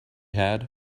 had